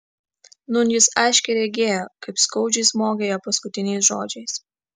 nūn jis aiškiai regėjo kaip skaudžiai smogė ją paskutiniais žodžiais